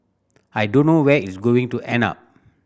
I don't know where it going to end up